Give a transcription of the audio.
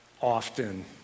often